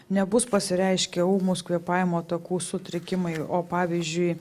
nebus pasireiškę ūmūs kvėpavimo takų sutrikimai o pavyzdžiui